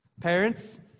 Parents